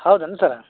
ಹೌದೇನು ಸರ